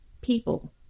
people